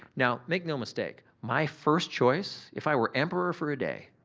now, make no mistake, my first choice if i were emperor for a day,